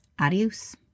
Adios